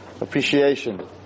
appreciation